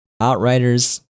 Outriders